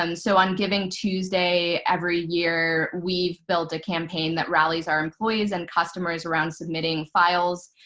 um so on giving tuesday every year, we've built a campaign that rallies our employees and customers around submitting files.